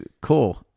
Cool